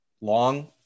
long